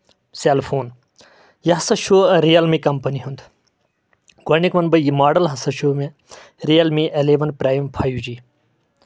cellphone یہِ ہسا چھُ ریلمی کَمپنی ہُنٛد گۄڈٕنیُک وَنہٕ بہٕ یہِ موڈل ہسا چھُ مےٚ ریلمی اَلیٚوَن پرایم فایِو جی